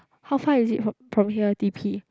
how far is it from from here t_p